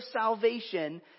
salvation